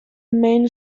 main